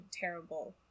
terrible